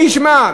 מי ישמע?